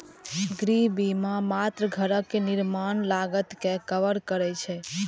गृह बीमा मात्र घरक निर्माण लागत कें कवर करै छै